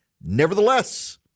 Nevertheless